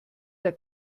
der